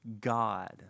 God